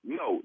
no